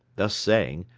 thus saying,